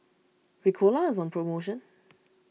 Ricola is on promotion